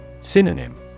Synonym